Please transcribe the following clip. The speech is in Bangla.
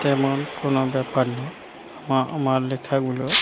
তেমন কোনো ব্যাপার না আম আমার লেখাগুলো